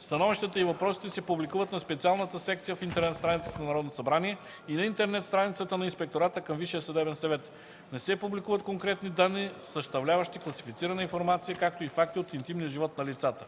Становищата и въпросите се публикуват на специалната секция в интернет страницата на Народното събрание и на интернет страницата на Инспектората към Висшия съдебен съвет. Не се публикуват конкретни данни, съставляващи класифицирана информация, както и факти от интимния живот на лицата.